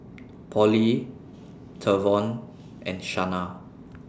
Polly Trevon and Shanna